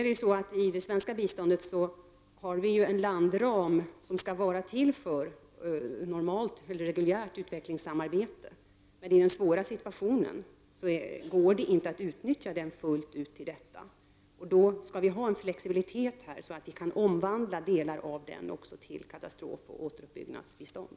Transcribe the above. I fråga om det svenska biståndet finns det ju en landram avsedd för normalt, reguljärt, utvecklingssamarbete. Men i den här svåra situationen går det inte att utnyttja den fullt ut. Därför måste det finnas en sådan flexibilitet att landramen till olika delar kan omvandlas också för katastrofoch återuppbyggnadsbistånd.